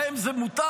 להם זה מותר?